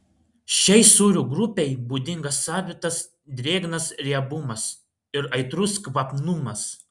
šiai sūrių grupei būdingas savitas drėgnas riebumas ir aitrus kvapnumas